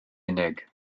unig